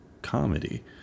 comedy